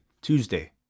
Tuesday